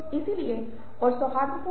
इसलिए इस अर्थ में मौन महत्वपूर्ण है